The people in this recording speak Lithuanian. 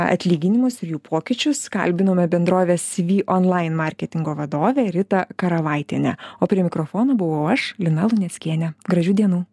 atlyginimus ir jų pokyčius kalbinome bendrovės cv online marketingo vadovę ritą karavaitienę o prie mikrofono buvau aš lina luneckienė gražių dienų